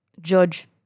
judge